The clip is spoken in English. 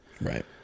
Right